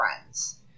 friends